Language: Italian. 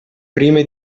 prime